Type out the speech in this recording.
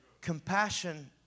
Compassion